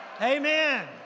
Amen